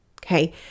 Okay